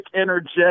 Energetic